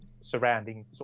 surrounding